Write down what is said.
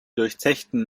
durchzechten